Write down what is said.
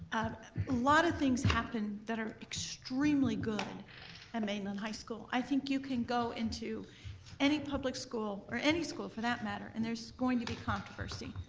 a lot of things happen that are extremely good at and mainland high school. i think you can go into any public school, or any school for that matter, and there's going to be controversy.